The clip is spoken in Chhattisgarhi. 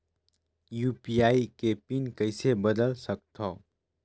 यू.पी.आई के पिन कइसे बदल सकथव?